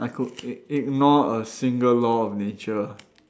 I could ig~ ignore a single law of nature